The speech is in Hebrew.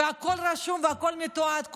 והכול רשום והכול מתועד,